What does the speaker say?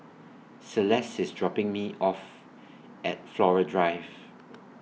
Celeste IS dropping Me off At Flora Drive